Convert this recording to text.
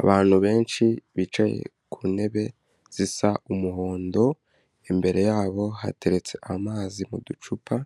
Abantu benshi bicaye ku ntebe zisa umuhondo, imbere yabo hateretse amazi mu ducupa